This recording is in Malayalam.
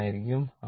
11 ആയിരിക്കും